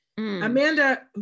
Amanda